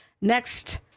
next